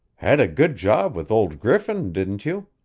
had a good job with old griffin, didn't you?